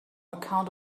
account